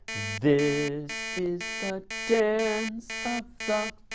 this is is the dance of the.